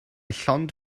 llond